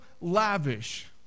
lavish